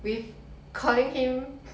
with calling him